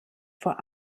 vor